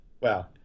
Wow